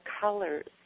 colors